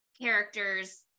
characters